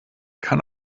kann